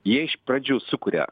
jie iš pradžių sukuria